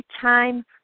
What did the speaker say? time